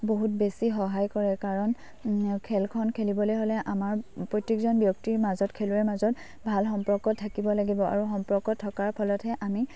বহুত বেছি সহায় কৰে কাৰণ খেলখন খেলিবলৈ হ'লে আমাৰ প্ৰত্যেকজন ব্যক্তিৰ মাজত খেলুৱৈৰ মাজত ভাল সম্পৰ্ক থাকিব লাগিব আৰু সম্পৰ্ক থকাৰ ফলতহে আমি